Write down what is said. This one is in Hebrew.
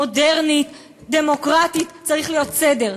מודרנית, דמוקרטית, צריך להיות סדר.